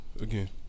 Again